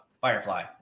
Firefly